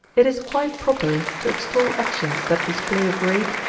it is quite proper to extol actions that display a great,